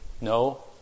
No